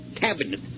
cabinet